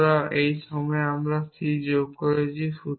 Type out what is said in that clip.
সুতরাং এই সময়ে আমরা c যোগ করেছি